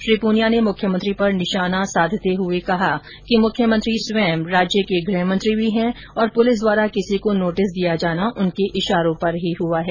श्री पूनिया ने मुख्यमंत्री पर निशाना साधते हुए कहा कि मुख्यमंत्री स्वयं राज्य के गृहमंत्री भी हैं और पुलिस द्वारा किसी को नोटिस दिया जाना उनके इशारों पर ही हुआ है